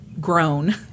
grown